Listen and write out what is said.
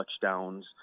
touchdowns